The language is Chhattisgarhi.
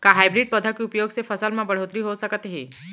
का हाइब्रिड पौधा के उपयोग से फसल म बढ़होत्तरी हो सकत हे?